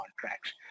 contracts